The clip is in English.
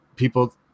People